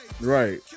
Right